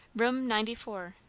room ninety four,